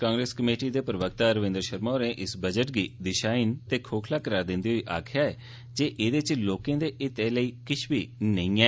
कांग्रेस दे प्रवक्ता रविन्द्र शर्मा होरें इस बजट गी दिशाहीन ते खोखला करार दिंदे होई आक्खेआ ऐ जे एहदे च लोकें दे हितें लेई किश बी नेई ऐ